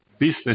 Business